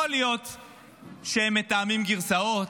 יכול להיות שהם מתאמים גרסאות.